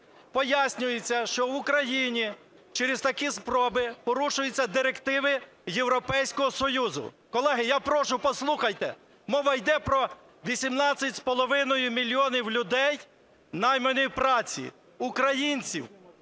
пояснюється, що в Україні через такі спроби порушуються директиви Європейського Союзу. Колеги, я прошу, послухайте! Мова йде про 18,5 мільйона людей найманої праці, українців,